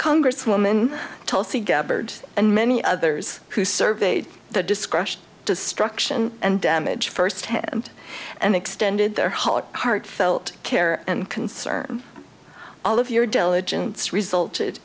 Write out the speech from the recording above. congresswoman tulsi gathered and many others who surveyed the discussion destruction and damage first hand and extended their heart heartfelt care and concern all of your diligence resulted